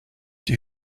die